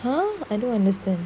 !huh! I don't understand